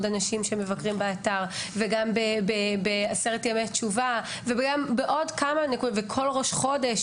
אנשים שמבקרים באתר וגם בעשרת ימי תשובה ובכל ראש חודש